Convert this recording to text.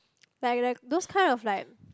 like like those kind of like